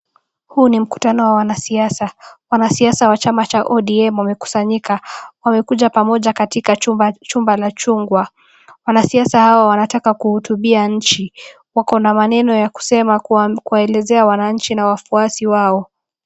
Huu ni mkutano ya wanasiasa, wanasiasa wa chama cha ODM wamekusanyika, wamekuja pamoja katika chumba la chungwa. Wanasiasa hawa wanataka kuhutubia nchi, wako na maneno ya kusema kuelekezea wananchi na wafuasi wao.